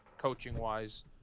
coaching-wise